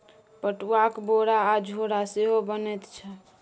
पटुआक बोरा आ झोरा सेहो बनैत छै